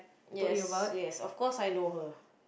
yes yes of course I know her